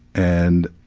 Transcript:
and,